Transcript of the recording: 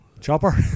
Chopper